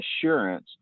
assurance